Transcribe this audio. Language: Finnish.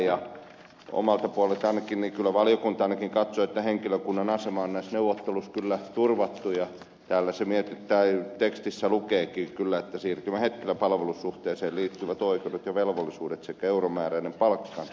ainakin omalta puoleltani katsoin ja valiokunta katsoi että henkilökunnan asema on näissä neuvotteluissa kyllä turvattu ja täällä tekstissä se lukeekin kyllä että siirtyvä henkilöstö säilyttää siirtymähetkellä palvelussuhteeseen liittyvät oikeudet ja velvollisuudet sekä euromääräisen palkkansa